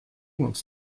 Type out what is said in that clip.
wants